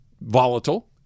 volatile